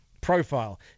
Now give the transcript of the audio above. profile